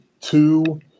two